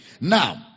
Now